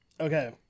Okay